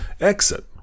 Exit